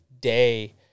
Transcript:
day